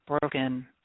broken